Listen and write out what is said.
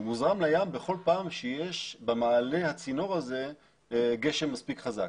הוא מוזרם לים בכול פעם שיש במעלה הצינור גשם מספיק חזק,